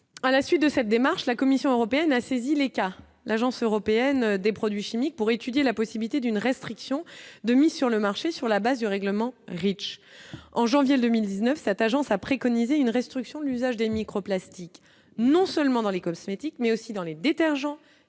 à la suite de cette démarche, la Commission européenne a saisi les cas, l'Agence européenne des produits chimiques pour étudier la possibilité d'une restriction de mise sur le marché, sur la base de règlement Reach en janvier 2019, cette agence a préconisé une restriction de l'usage des microplastiques non seulement dans les cosmétiques, mais aussi dans les détergents,